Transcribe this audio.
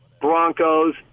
Broncos